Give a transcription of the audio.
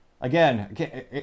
again